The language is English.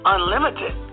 Unlimited